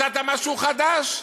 מצאת משהו חדש.